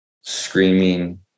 screaming